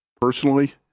personally